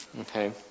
okay